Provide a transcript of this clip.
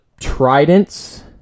Tridents